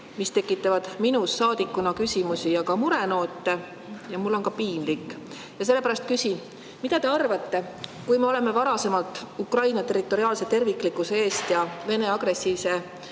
mis tekitavad minus saadikuna küsimusi ja murenoote. Mul on ka piinlik. Sellepärast küsin, mida te arvate: kui me oleme varasemalt Ukraina territoriaalse terviklikkuse eest ja Vene agressiivse